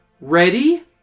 Ready